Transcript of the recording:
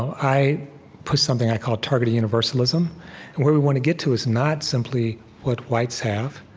i put something i call targeted universalism, and where we want to get to is not simply what whites have.